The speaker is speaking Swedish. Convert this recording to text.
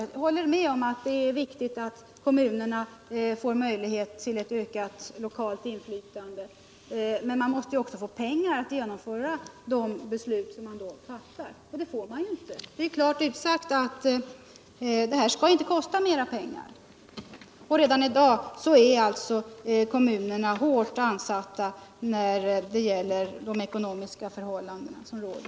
Jag håller med om at det är viktigt att kommunerna får möjlighet ull ett ökat lokalt inflytande. men de måste också få pengar till att genomföra de beslut som man fattar. och det får de ju inte. Det är sagt att det här inte skall kosta mer pengar, och redan i dag är kommunerna hårt ansatta till följd av de ekonomiska förhållanden som räder.